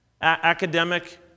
Academic